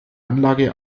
anlage